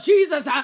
Jesus